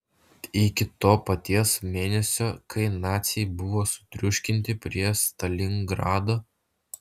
iki to paties mėnesio kai naciai buvo sutriuškinti prie stalingrado